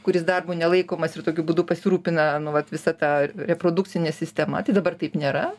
kuris darbu nelaikomas ir tokiu būdu pasirūpina nu vat visa ta reprodukcine sistema tai dabar taip nėra